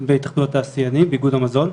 בהתאחדות התעשיינים, באיגוד המזון.